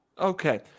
Okay